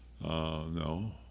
no